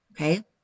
Okay